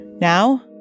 Now